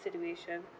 situation